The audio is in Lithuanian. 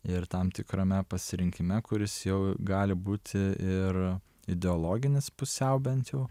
ir tam tikrame pasirinkime kuris jau gali būti ir ideologinis pusiau bent jau